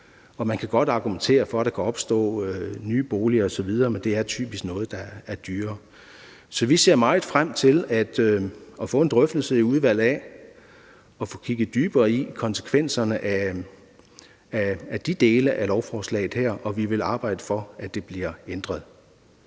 Man kan godt argumentere for, at der kan opstå nye boliger osv., men det er typisk noget, der er dyrere. Så vi ser meget frem til at få en drøftelse i udvalget og få kigget dybere ind i konsekvenserne af de dele af lovforslaget, og vi vil arbejde for, at det bliver ændret.